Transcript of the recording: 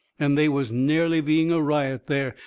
and they was nearly being a riot there.